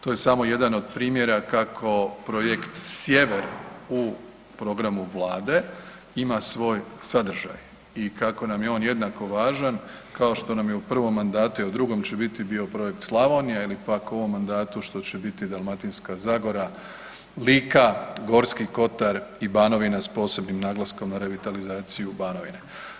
To je samo jedan od primjera kako projekt Sjever u programu Vlade ima svoj sadržaj i kako nam je on jednako važan kao što nam je u prvom mandatu, a i u drugom će biti bio projekt Slavonija ili pak u ovom mandatu što će biti Dalmatinska zagora, Lika, Gorski kotar i Banovina s posebnim naglaskom na revitalizaciju Banovine.